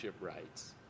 rights